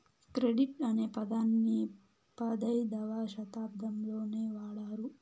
credit అనే పదాన్ని పదైధవ శతాబ్దంలోనే వాడారు